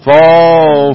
Fall